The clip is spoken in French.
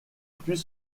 plus